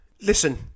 Listen